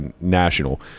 national